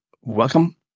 welcome